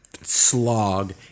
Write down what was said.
slog